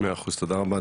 תודה רבה.